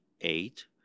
eight